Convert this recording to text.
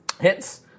Hits